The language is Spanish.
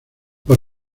por